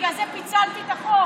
בגלל זה פיצלתי את החוק.